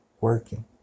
working